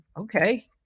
okay